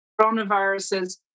coronaviruses